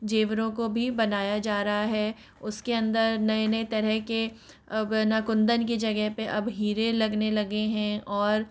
ज़ेवरों को भी बनाया जा रहा है उस के अंदर नए नए तरह के अब ना कुंदन के जगह पर अब हीरे लगने लगे हैं और